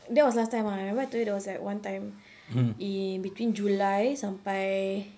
that was last time uh remember I told you there was like one time in between july sampai